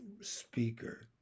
speaker